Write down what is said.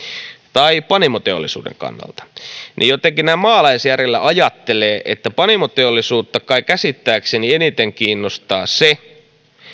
tai panimoteollisuuden kannalta niin jotenkin näin maalaisjärjellä ajattelee että panimoteollisuutta kai käsittääkseni eniten kiinnostaa se